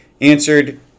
answered